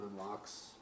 unlocks